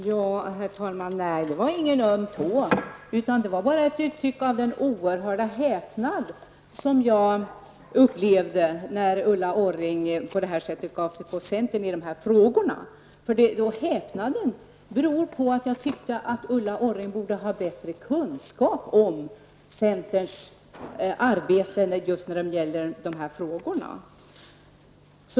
Herr talman! Det var ingen öm tå, utan bara ett uttryck för den oerhörda häpnad som jag kände när Ulla Orring på det sätt som hon gjorde gav sig på centern. Min häpnad beror på att jag tycker att Ulla Orring borde ha bättre kunskap om hur centern arbetar i dessa frågor.